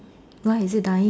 why is it dying